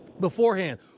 beforehand